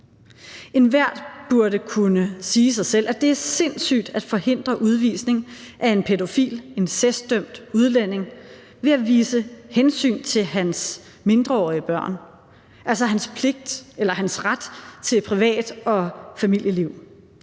Enhver burde kunne sige sig selv, at det er sindssygt at forhindre udvisning af en pædofil, incestdømt udlænding ved at vise hensyn til hans mindreårige børn, altså hans ret til privat- og familieliv.